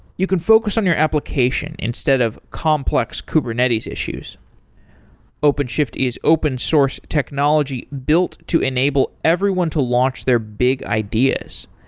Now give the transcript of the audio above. you can focus on your application instead of complex kubernetes issues openshift is open source technology built to enable everyone to launch their big ideas.